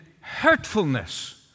hurtfulness